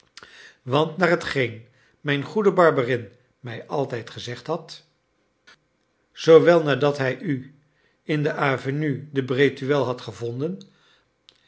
want naar hetgeen mijn goede barberin mij altijd gezegd had zoowel nadat hij u in de avenue de breteuil had gevonden